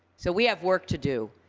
so we have work to do.